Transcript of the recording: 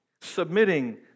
submitting